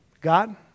God